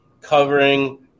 covering